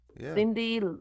Cindy